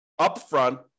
upfront